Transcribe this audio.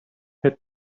had